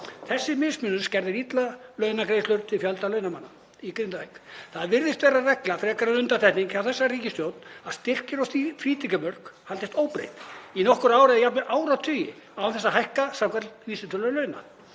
Þessi mismunur skerðir illa launagreiðslur til fjölda launamanna í Grindavík. Það virðist vera reglan frekar en undantekning hjá þessari ríkisstjórn að styrkir og frítekjumörk haldist óbreytt í nokkur ár eða jafnvel áratugi án þess að hækka samkvæmt vísitölu launa.